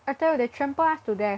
I tell you they trample us to death